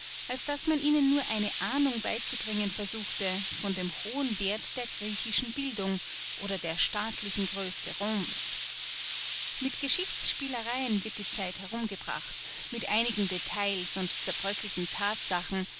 als daß man ihnen nur eine ahnung beizubringen versuchte von dem hohen werth der griechischen bildung oder der staatlichen größe roms mit geschichtsspielereien wird die zeit herumgebracht mit einigen details und zerbröckelten thatsachen